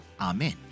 Amen